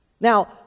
Now